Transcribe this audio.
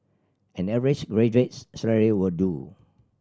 an average graduate's salary will do